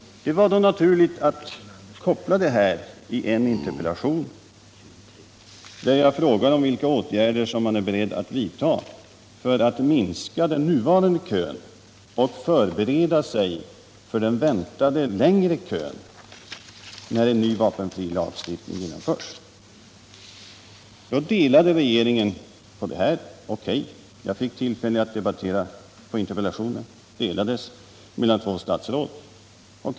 Det var då naturligt att koppla samman dessa båda saker i en interpellation, där jag frågar om vilka åtgärder man är beredd att vidta för att minska den nuvarande kön och förbereda sig för den väntade längre kön när en ny vapenfrilagstiftning genomförs. Interpellationen delades mellan två statsråd.